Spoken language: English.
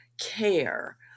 care